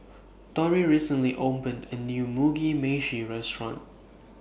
Torrie recently opened A New Mugi Meshi Restaurant